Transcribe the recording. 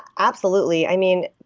absolutely. i mean,